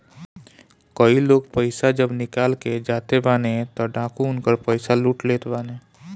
कई लोग पईसा जब निकाल के जाते बाने तअ डाकू उनकर पईसा लूट लेत बाने